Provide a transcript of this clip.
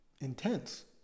intense